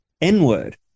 N-word